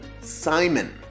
Simon